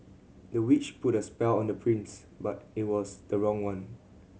the witch put a spell on the prince but it was the wrong one